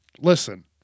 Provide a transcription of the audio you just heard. listen